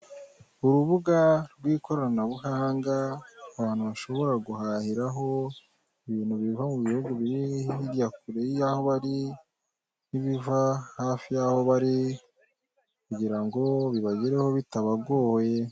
Urubuga rw'ikoranabuhanga, abantu bashobora guhahiraho, ibintu biva mu bihugu biri hirya kure yaho bari, n'ibiva hafi y'aho bari kugira ngo bibagereho bitabagoye.